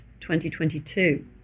2022